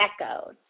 echoes